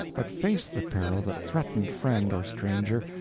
but face the peril that threatened friend or stranger,